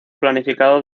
planificado